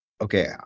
okay